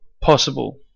possible